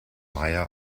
meier